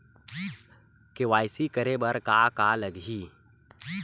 KYC करे बर का का लगही?